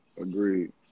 agreed